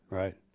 right